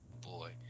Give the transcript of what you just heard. boy